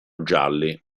gialli